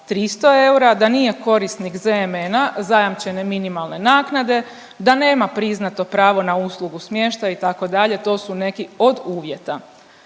300 eura, da nije korisnik, ZMN-a, zajamčene minimalne naknade, da nema priznato pravo na uslugu smještaja, itd., to su neki od uvjeta.